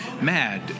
mad